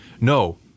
no